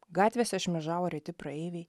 gatvėse šmėžavo reti praeiviai